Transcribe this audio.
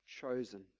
chosen